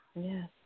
Yes